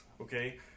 okay